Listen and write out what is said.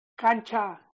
Cancha